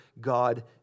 God